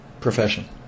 profession